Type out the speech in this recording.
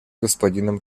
господином